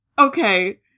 okay